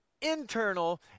internal